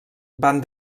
van